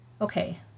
okay